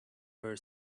her